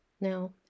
Now